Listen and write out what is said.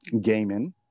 gaming